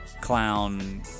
clown